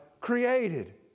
created